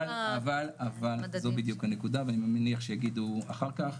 אבל זאת בדיוק הנקודה, ואני מניח שיגידו אחר כך,